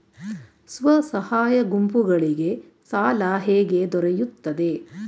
ಸ್ವಸಹಾಯ ಗುಂಪುಗಳಿಗೆ ಸಾಲ ಹೇಗೆ ದೊರೆಯುತ್ತದೆ?